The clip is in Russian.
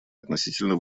относительно